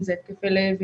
אם זה התקפי לב,